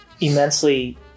immensely